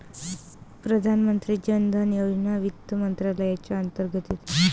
प्रधानमंत्री जन धन योजना वित्त मंत्रालयाच्या अंतर्गत येते